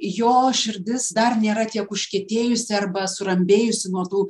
jo širdis dar nėra tiek užkietėjusi arba surambėjusi nuo tų